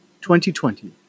2020